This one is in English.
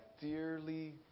dearly